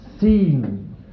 seen